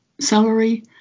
salary